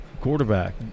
quarterback